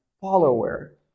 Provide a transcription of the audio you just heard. follower